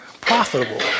profitable